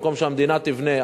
במקום שהמדינה תבנה,